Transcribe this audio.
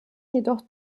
jedoch